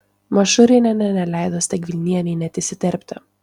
mašurinienė neleido stegvilienei net įsiterpti